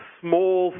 small